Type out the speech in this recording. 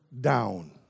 down